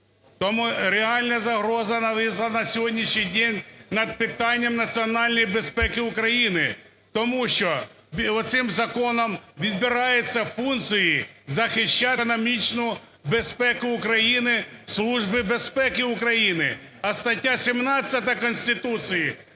Тому реальна загроза нависла на сьогоднішній день над питанням національної безпеки України! Тому що оцим законом відбираються функції захищати економічну безпеку України Служби безпеки України. А стаття 17 Конституції,